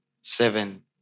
seven